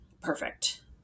perfect